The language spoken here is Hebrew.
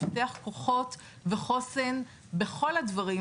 לפתח כוחות וחוסן בכל הדברים,